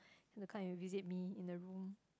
have to come and visit me in the room